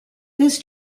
this